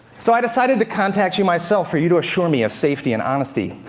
so i decided to contact you myself, for you to assure me of safety and honesty,